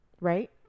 right